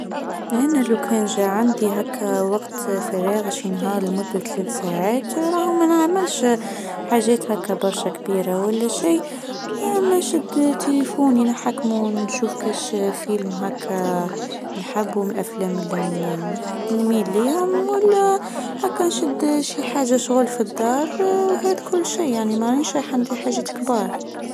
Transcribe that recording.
انا لو كان جه عندي هكا وقت فراغ شي نهار لمدة ثلاث ساعات راهم ما نعملش حاجات كبرشه كبيره ولا شيء ما شد تليفوني نحكم ونشوف كيش فيلم هكا نحبه من الافلام اللي نميل ليهم و لاشي نشد حاجه شغل في الدار. وهذا كل شي معنديش حاجه كبار.